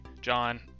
John